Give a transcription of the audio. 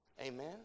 Amen